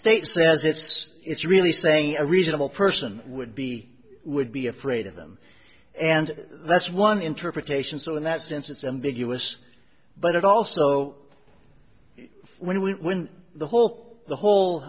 says it's it's really saying a reasonable person would be would be afraid of them and that's one interpretation so in that sense it's ambiguous but it also when we when the whole the whole